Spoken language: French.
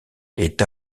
est